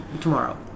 tomorrow